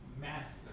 Master